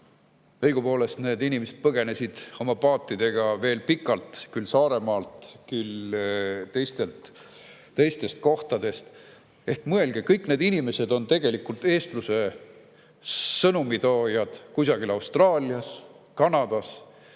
Õigupoolest, need inimesed põgenesid oma paatidega veel pikalt, küll Saaremaalt, küll teistest kohtadest. Mõelge, kõik need inimesed on tegelikult eestluse sõnumitoojad kusagil Austraalias, Kanadas,